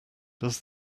does